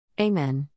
Amen